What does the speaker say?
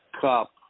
Cup